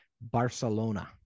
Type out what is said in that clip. Barcelona